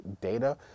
data